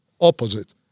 opposite